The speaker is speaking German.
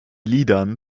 liedern